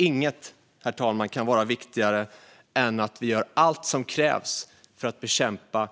Inget, herr talman, kan vara viktigare än att vi gör allt som krävs för att bekämpa